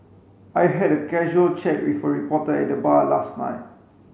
I had a casual chat with a reporter at the bar last night